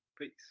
Peace